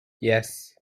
yes